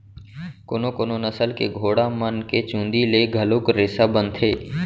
कोनो कोनो नसल के घोड़ा मन के चूंदी ले घलोक रेसा बनथे